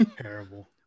Terrible